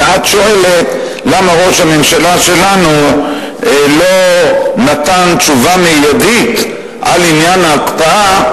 ואת שואלת למה ראש הממשלה שלנו לא נתן תשובה מיידית על עניין ההקפאה,